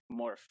Morph